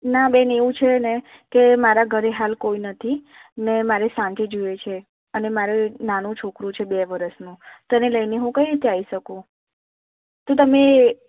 ના બેન એવું છે ને કે મારાં ઘરે હાલ કોઈ નથી અને મારે સાંજે જોઈએ છે અને મારે નાનું છોકરું છે બે વર્ષનું તો એને લઇને હું કઈ રીતે આવી શકું તો તમે